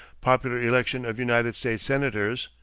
popular election of united states senators,